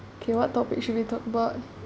okay what topic should we talk about